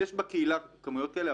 יש בקהילה כמויות כאלה,